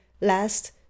last